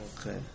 Okay